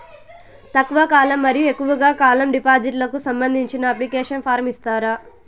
తక్కువ కాలం మరియు ఎక్కువగా కాలం డిపాజిట్లు కు సంబంధించిన అప్లికేషన్ ఫార్మ్ ఇస్తారా?